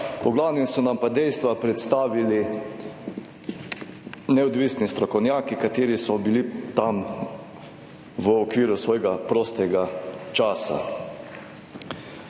v glavnem so nam pa dejstva predstavili neodvisni strokovnjaki, kateri so bili tam v okviru svojega prostega časa.